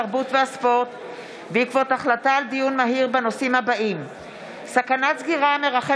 התרבות והספורט בעקבות דיון מהיר בהצעתם של